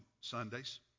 Sundays